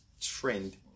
trend